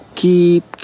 keep